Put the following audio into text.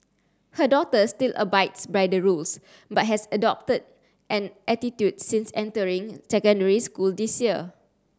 her daughter still abides by the rules but has adopted an attitude since entering secondary school this year